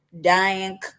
dying